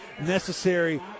necessary